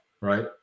right